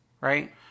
Right